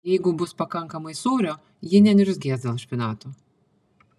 jeigu bus pakankamai sūrio ji neniurzgės dėl špinatų